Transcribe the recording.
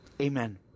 Amen